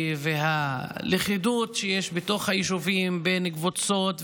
והלכידות שיש בתוך היישובים בין קבוצות,